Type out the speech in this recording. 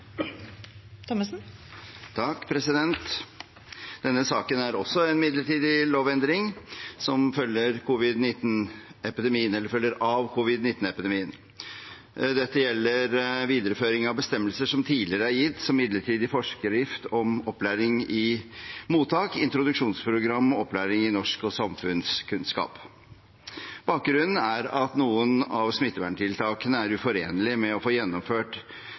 av covid-19-epidemien. Dette gjelder videreføring av bestemmelser som tidligere er gitt som midlertidig forskrift om opplæring i mottak, introduksjonsprogram og opplæring i norsk og samfunnskunnskap. Bakgrunnen er at noen av smitteverntiltakene er uforenlig med det å få gjennomført